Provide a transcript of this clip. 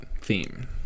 theme